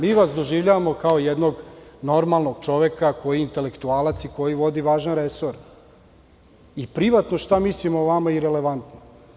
Mi vas doživljavamo kao jednog normalnog čoveka koji je intelektualac koji vodi važan resor i privatno šta mislimo o vama je irelevantno.